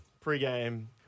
Pre-game